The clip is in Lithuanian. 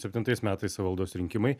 septintais metais savivaldos rinkimai